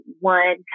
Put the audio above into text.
one